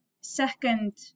second